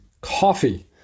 coffee